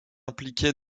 impliquées